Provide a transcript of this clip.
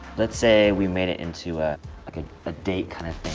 let's say we made it into a like a a date kind of